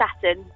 Saturn